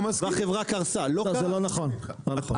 זה לא החברה הראשונה וגם לא האחרונה